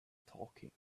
talking